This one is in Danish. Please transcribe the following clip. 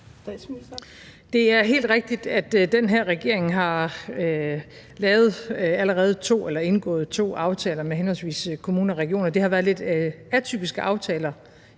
Det er helt rigtigt, at den her regering allerede har indgået to aftaler med henholdsvis kommuner og regioner, og det har været lidt atypiske aftaler